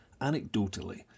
anecdotally